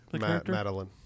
madeline